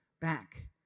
back